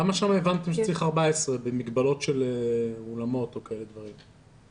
למה צריך 14 במגבלות של אולמות או דברים כאלה?